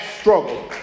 struggle